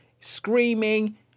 screaming